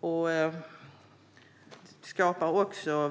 Den skapar